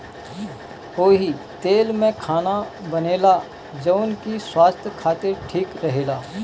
ओही तेल में खाना बनेला जवन की स्वास्थ खातिर ठीक रहेला